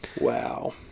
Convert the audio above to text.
Wow